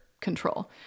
control